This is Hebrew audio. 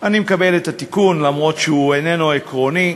אני מקבל את התיקון, אפילו שהוא איננו עקרוני.